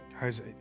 Guys